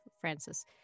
Francis